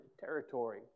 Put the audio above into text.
territory